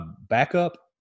backup